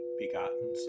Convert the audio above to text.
begotten